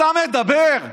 אתה מדבר?